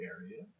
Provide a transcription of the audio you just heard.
area